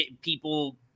people –